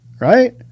right